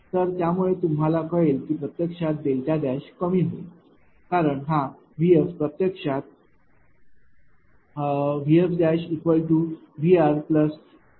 तर त्यामुळे तुम्हाला कळेल की प्रत्यक्षात कमी होईल कारण हा VS प्रत्यक्षात VSVRIr cos Ixl xcsin आहे